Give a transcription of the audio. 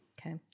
Okay